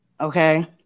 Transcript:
Okay